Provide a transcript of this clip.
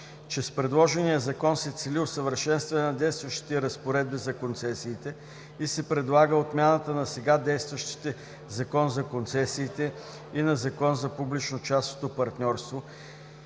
че с предложения Закон се цели усъвършенстване на действащите разпоредби за концесиите и се предлага отмяната на сега действащите Закон за концесиите и на Закона за публично-частното партньорство,